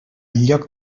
lloc